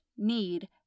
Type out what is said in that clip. need